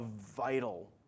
vital